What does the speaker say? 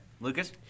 Lucas